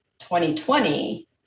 2020